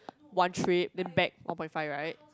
one trip then back one point five right